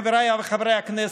חבריי חברי הכנסת,